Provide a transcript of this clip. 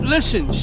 Listen